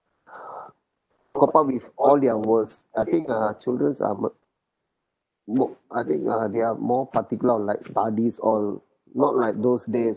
cope up with all their works I think uh childrens are m~ more I think uh they are more particular of like studies all not like those days